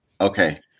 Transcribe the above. Okay